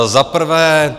Za prvé.